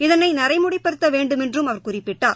இதனை நடைமுறைப்படுத்த வேண்டுமென்றும் அவர் குறிப்பிட்டார்